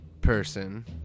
person